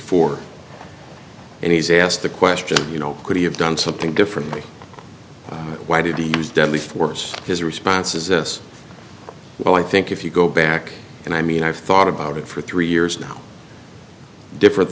four and he's asked the question you know could he have done something differently why did he use deadly force his response is this well i think if you go back and i mean i've thought about it for three years now different